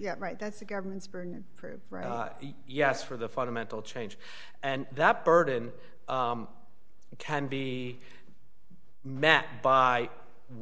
yet right that's the government's prove yes for the fundamental change and that burden can be met by